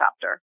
chapter